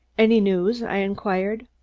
any news? i inquired.